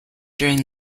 during